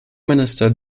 minister